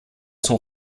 sont